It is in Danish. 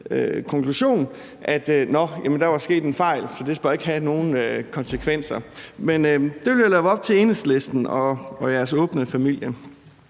der var sket en fejl, så det skulle ikke have nogen konsekvenser. Men det vil jeg lade være op til Enhedslisten og jeres åbne familie.